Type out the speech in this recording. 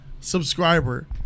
subscriber